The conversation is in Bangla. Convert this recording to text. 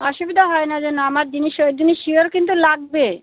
অসুবিধা হয় না যেন আমার জিনিস ওই জিনিস সিওর কিন্তু লাগবে